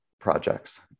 projects